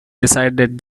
decided